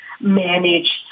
manage